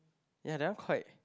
yeah that are quite